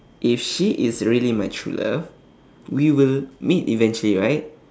if she is really my true love we will meet eventually right